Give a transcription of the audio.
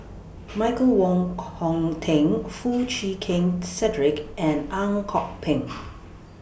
Michael Wong Hong Teng Foo Chee Keng Cedric and Ang Kok Peng